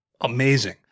amazing